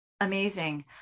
Amazing